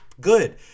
good